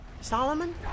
Solomon